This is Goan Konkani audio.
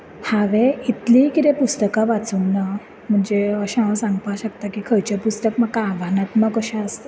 हांवें इतलींय कितें पुस्तकां वाचूंक ना म्हणजे अशें हांव सांगपाक शकता की खंयचें पुस्तक म्हाका आव्हानात्मक अशें आसा